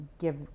give